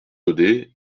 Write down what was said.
daudet